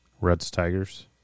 Reds-Tigers